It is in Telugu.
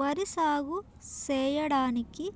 వరి సాగు సేయడానికి